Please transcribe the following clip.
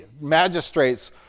magistrates